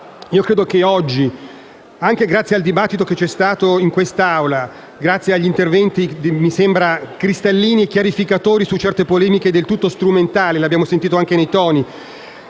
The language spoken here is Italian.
io credo che oggi, anche grazie al dibattito che c'è stato in quest'Aula, grazie agli interventi mi sembra cristallini e chiarificatori su certe polemiche del tutto strumentali (l'abbiamo sentito anche dai toni),